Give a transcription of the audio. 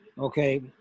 Okay